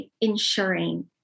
ensuring